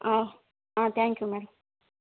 thank you madam